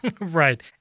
Right